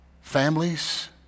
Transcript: families